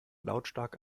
lautstark